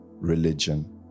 religion